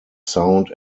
sound